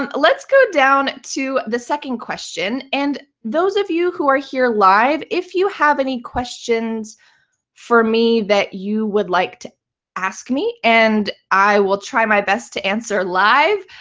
um let's go down to the second question. and those of you who are here live, if you have any questions for me that you would like to ask me, and i will try my best to answer live,